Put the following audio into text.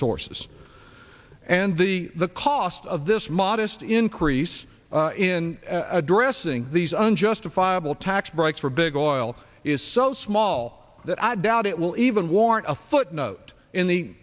sources and the the cost of this modest increase in addressing these unjustifiable tax breaks for big oil is so small that i doubt it will even warrant a footnote in the